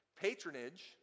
Patronage